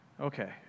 Okay